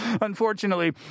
Unfortunately